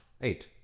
eight